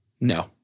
No